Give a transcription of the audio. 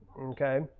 okay